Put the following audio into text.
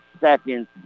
seconds